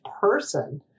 person